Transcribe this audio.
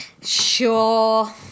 Sure